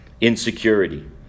insecurity